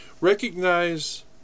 Recognize